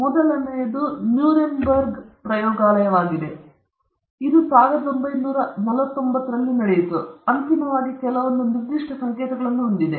ಮೊದಲನೆಯದು ನ್ಯೂರೆಂಬರ್ಗ್ ಪ್ರಯೋಗಾಲಯವಾಗಿದೆ ಇದು 1949 ರಲ್ಲಿ ಎಲ್ಲಿಯಾದರೂ ನಡೆಯಿತು ಇದು ಅಂತಿಮವಾಗಿ ಕೆಲವೊಂದು ನಿರ್ದಿಷ್ಟ ಸಂಕೇತಗಳನ್ನು ಹೊಂದಿದೆ